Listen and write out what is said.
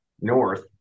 north